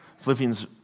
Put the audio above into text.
Philippians